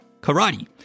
karate